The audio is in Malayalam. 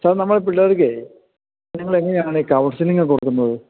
സാർ നമ്മുടെ പിള്ളേര്ക്ക് നിങ്ങൾ എങ്ങനെയാണ് കൗണ്സിലിങ്ങൊക്കെ കൊടുക്കുന്നത്